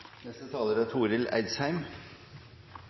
neste er